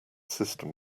system